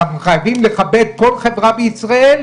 אנחנו חייבים לכבד כל חברה בישראל,